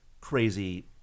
crazy